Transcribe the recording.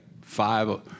five